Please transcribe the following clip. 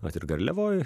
vat ir garliavoj